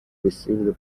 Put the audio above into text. received